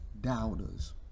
Doubters